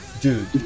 dude